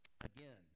Again